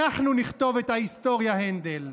אנחנו נכתוב את ההיסטוריה, הנדל.